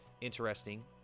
interesting